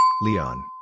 Leon